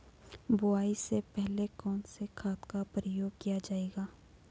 बुआई से पहले कौन से खाद का प्रयोग किया जायेगा?